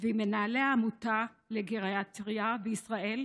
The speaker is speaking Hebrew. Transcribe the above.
ועם מנהלי העמותה לגריאטריה בישראל.